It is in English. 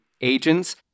agents